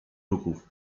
ruchów